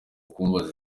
kumubaza